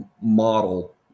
model